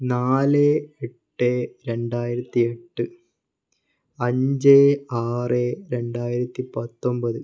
നാല് എട്ട് രണ്ടായിരത്തി എട്ട് അഞ്ച് ആറ് രണ്ടായിരത്തി പത്തൊമ്പത്